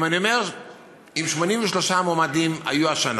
אם 83 מועמדים היו השנה,